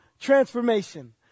transformation